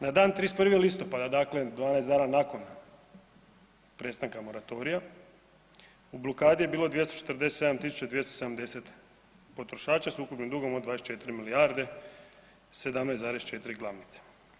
Na dan 31. listopada, dakle, 12 dana nakon prestanka moratorija, u blokadi je bilo 247 270 potrošača s ukupnim dugom od 24 milijarde, 17,4 glavnice.